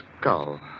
skull